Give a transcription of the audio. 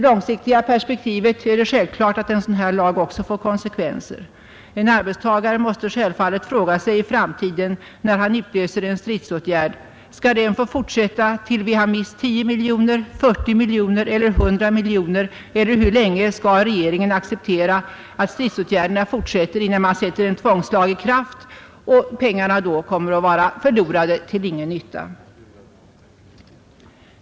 Det är självklart att en sådan här lag också får konsekvenser i det långsiktiga perspektivet. En arbetstagare måste självfallet i framtiden när man utlöser en stridsåtgärd fråga sig: Skall den få fortsätta tills vi har mist 10 miljoner, 40 miljoner eller 100 miljoner, eller hur länge skall regeringen acceptera att stridsåtgärderna fortsätter innan man sätter en tvångslag i kraft och pengarna kommer att vara offrade till ingen nytta?